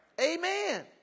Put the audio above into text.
Amen